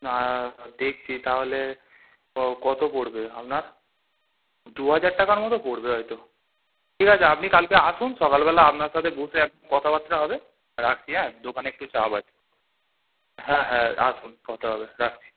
না দেখছি তাহলে ক কত পড়বে আপনার দু হাজার টাকার মতো পড়বে হয়তো ঠিক আছে আপনি কালকে আসুন সকালবেলা আপনার সাথে বসে আর কি কথাবার্তা হবে রাখচি হ্যাঁ দোকানে একটু চাপ আছে হ্যাঁ হ্যাঁ আসুন কথা হবে রাখছি